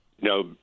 No